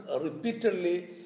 repeatedly